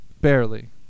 barely